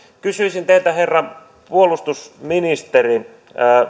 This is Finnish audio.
kysyisin teiltä herra puolustusministeri